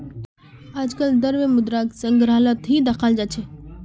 आजकल द्रव्य मुद्राक संग्रहालत ही दखाल जा छे